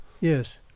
yes